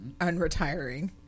unretiring